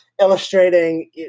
illustrating